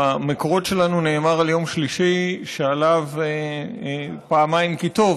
במקורות שלנו נאמר על יום שלישי פעמיים כי טוב.